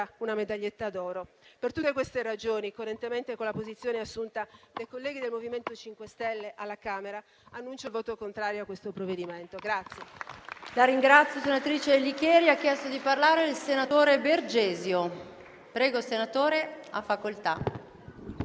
una medaglietta d'oro. Per tutte queste ragioni, coerentemente con la posizione assunta dai colleghi del MoVimento 5 Stelle alla Camera, annuncio il voto contrario a questo provvedimento.